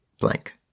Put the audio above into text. blank